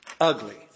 Ugly